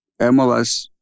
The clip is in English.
MLS